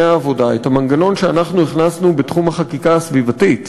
העבודה את המנגנון שאנחנו הכנסנו בתחום החקיקה הסביבתית,